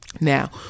Now